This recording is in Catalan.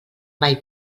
mai